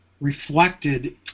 reflected